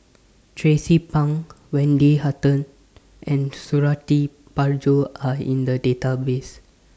Tracie Pang Wendy Hutton and Suradi Parjo Are in The Database